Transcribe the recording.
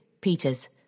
Peters